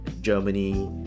Germany